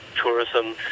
tourism